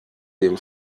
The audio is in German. dem